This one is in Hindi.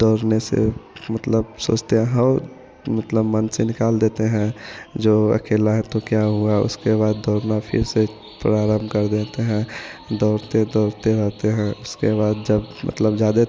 दौड़ने से मतलब सोचते हैं हौ मतलब मन से निकाल देते हैं जो अकेला है तो क्या होगा उसके बाद दौड़ना फ़िर से पूरा आराम कर देते हैं दौड़ते दौड़ते दौड़ते रहते हैं उसके बाद जब मतलब ज़्यादा